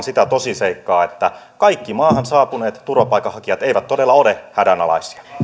sitä tosiseikkaa että kaikki maahan saapuneet turvapaikanhakijat eivät todella ole hädänalaisia